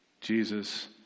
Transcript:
Jesus